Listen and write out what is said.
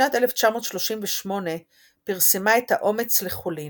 בשנת 1938 פרסמה את "האומץ לחולין",